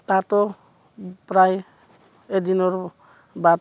তাতো প্ৰায় এদিনৰ বাট